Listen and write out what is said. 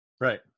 Right